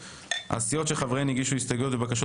הסיעות שחבריהן הגישו הסתייגויות ובקשות